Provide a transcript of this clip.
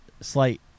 slight